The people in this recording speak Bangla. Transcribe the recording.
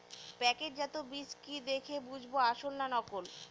প্যাকেটজাত বীজ কি দেখে বুঝব আসল না নকল?